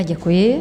Děkuji.